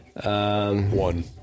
One